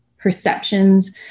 perceptions